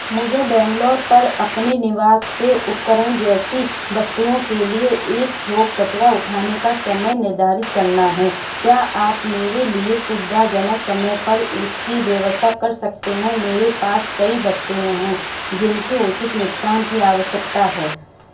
मुझे बैंगलोर पर अपने निवास से उपकरण जैसी वस्तुओं के लिए एक थोक कचरा उठाने का समय निर्धारित करना है क्या आप मेरे लिए सुविधाजनक समय पर इसकी व्यवस्था कर सकते हैं मेरे पास कई वस्तुएँ हैं जिनके उचित निपटान की आवश्यकता है